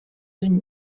unis